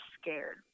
scared